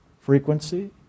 frequency